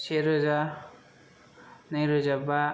सेरोजा नैरोजा बा